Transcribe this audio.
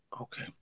Okay